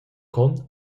con